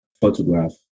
photograph